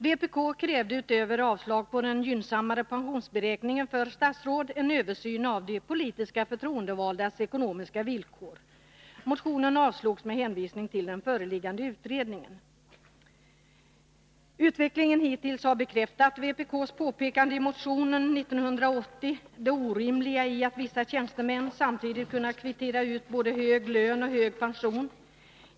Vpk krävde utöver avslag på den gynnsammare pensionsberäkningen för statsråd en översyn av de politiskt förtroendevaldas ekonomiska villkor. Motionen avslogs med hänvisning till den föreliggande utredningen. Utvecklingen hittills har bekräftat vpk:s påpekande i motionen 1980 om det orimliga i att vissa tjänstemän samtidigt kunnat kvittera ut både hög lön och hög pension.